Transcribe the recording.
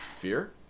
Fear